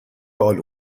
الو